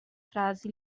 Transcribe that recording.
frase